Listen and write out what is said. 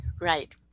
Right